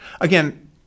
Again